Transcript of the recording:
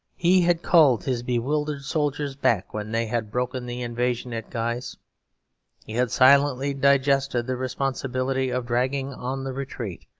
he had called his bewildered soldiers back when they had broken the invasion at guise he had silently digested the responsibility of dragging on the retreat,